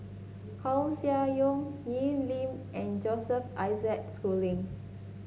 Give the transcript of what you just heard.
Koeh Sia Yong Wee Lin and Joseph Isaac Schooling